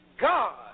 God